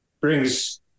brings